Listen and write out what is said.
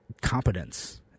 competence